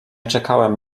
czekałem